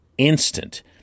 instant